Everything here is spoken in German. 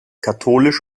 katholisch